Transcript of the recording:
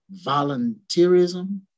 volunteerism